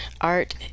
art